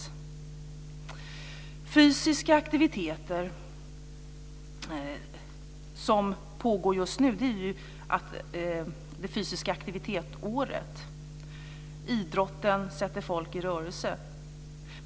Det fysiska aktivitetsåret pågår just nu. Idrotten sätter folk i rörelse.